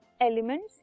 elements